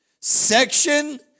Section